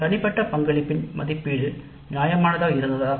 தனிப்பட்ட பங்களிப்புகளின் மதிப்பீடு நியாயமானதாக இருந்ததா